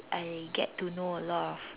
I get to know a lot of